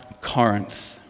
Corinth